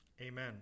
Amen